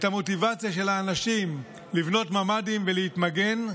המוטיבציה של האנשים לבנות ממ"דים ולהתמגן.